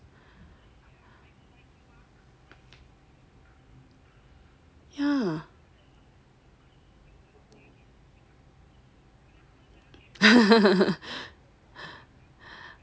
yeah